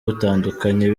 butandukanye